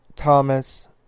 Thomas